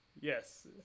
Yes